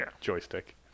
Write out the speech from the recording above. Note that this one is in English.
joystick